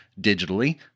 digitally